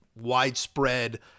widespread